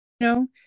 no